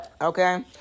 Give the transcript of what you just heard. Okay